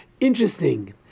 Interesting